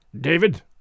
David